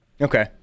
Okay